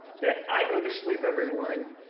that i go to sleep every morning